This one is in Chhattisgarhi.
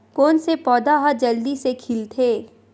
कोन से पौधा ह जल्दी से खिलथे?